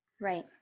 Right